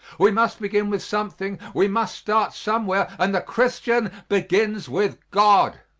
we must begin with something we must start somewhere and the christian begins with god.